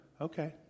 Okay